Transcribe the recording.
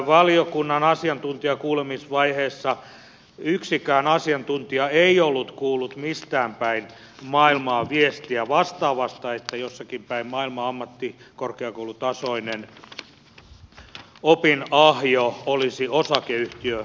valiokunnan asiantuntijakuulemisvaiheessa yksikään asiantuntija ei ollut kuullut mistään päin maailmaa viestiä vastaavasta että jossakin päin maailmaa ammattikorkeakoulutasoinen opinahjo olisi osakeyhtiömuotoinen